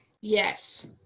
Yes